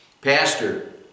Pastor